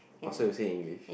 oh so you say English